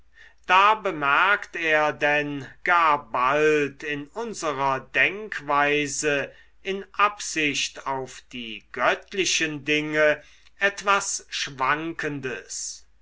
da bemerkt er denn gar bald in unserer denkweise in absicht auf die göttlichen dinge etwas schwankendes